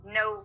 no